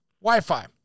Wi-Fi